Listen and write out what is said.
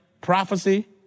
prophecy